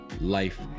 life